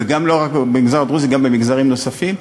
וגם לא רק במגזר הדרוזי, גם במגזרים נוספים,